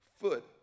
foot